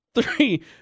Three